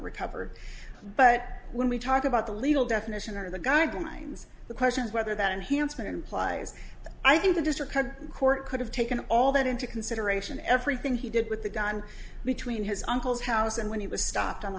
recovered but when we talk about the legal definition or the guidelines the question is whether that in here answered implies i think the district court could have taken all that into consideration everything he did with the gun between his uncle's house and when he was stopped on the